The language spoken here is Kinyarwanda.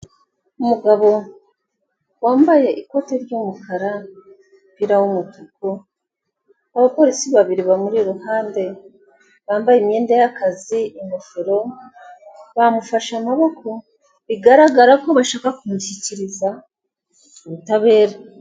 Umugabo wambaye ikoti ry'umukara n'umupira w'umutuku abapolisi babiri bamuri iruhande bambaye imyenda yakazi ingofero bamufashe amaboko bigaragara ko bashaka kumushyikiriza ubutabera.